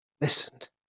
listened